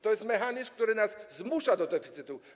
To jest mechanizm, który nas zmusza do deficytu.